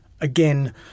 again